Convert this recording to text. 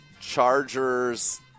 Chargers